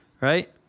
right